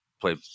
play